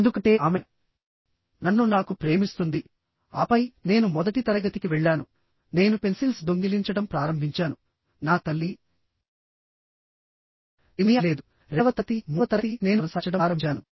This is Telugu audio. ఎందుకంటే ఆమె నన్ను నాకు ప్రేమిస్తుంది ఆపై నేను మొదటి తరగతికి వెళ్ళాను నేను పెన్సిల్స్ దొంగిలించడం ప్రారంభించాను నా తల్లి ఏమి అనలేదురెండవ తరగతిమూడవ తరగతి నేను కొనసాగించడం ప్రారంభించాను